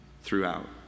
throughout